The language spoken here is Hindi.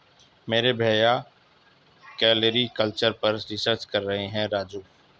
मेरे भैया ओलेरीकल्चर पर रिसर्च कर रहे हैं राजू